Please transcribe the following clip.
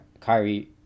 Kyrie